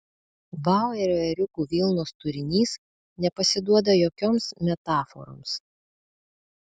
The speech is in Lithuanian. bauerio ėriukų vilnos turinys nepasiduoda jokioms metaforoms